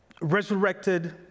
Resurrected